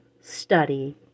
study